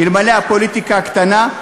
אלמלא הפוליטיקה הקטנה.